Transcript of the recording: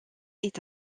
est